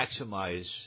maximize